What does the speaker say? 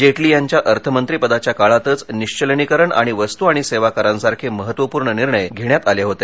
जेटली यांच्या अर्थमंत्रीपदाच्या काळातच निश्चलनीकरण आणि वस्तू आणि सेवा करासारखे महत्त्वपूर्ण निर्णय घेण्यात आले होते